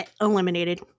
eliminated